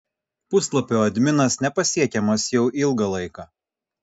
puslapio adminas nepasiekiamas jau ilgą laiką